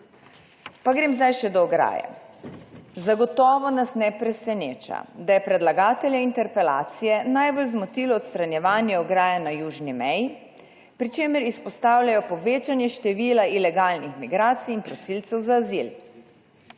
Pa grem zdaj še do ograje. Zagotovo nas ne preseneča, da je predlagatelja interpelacije najbolj zmotilo odstranjevanje ograje na južni meji, pri čemer izpostavljajo povečanje števila ilegalnih migracij in prosilcev za azil.